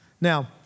Now